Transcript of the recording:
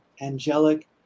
Angelic